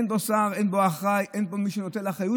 אין בו שר, אין בו אחראי, אין בו מי שנוטל אחריות.